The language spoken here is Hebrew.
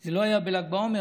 זה לא היה בל"ג בעומר,